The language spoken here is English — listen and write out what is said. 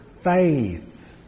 faith